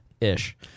ish